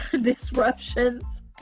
disruptions